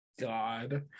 god